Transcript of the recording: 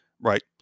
right